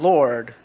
Lord